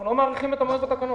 אנחנו לא מאריכים את המועד בתקנות.